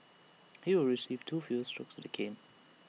he will receive two fewer strokes of the cane